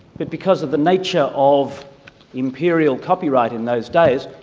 but because of the nature of imperial copyright in those days,